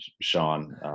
Sean